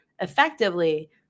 effectively